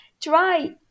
try